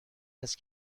است